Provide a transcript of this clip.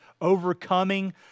overcoming